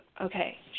okay